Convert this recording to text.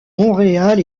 montréal